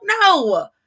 no